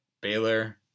baylor